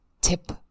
tip